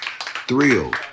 thrilled